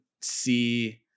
see